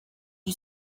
you